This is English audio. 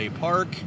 park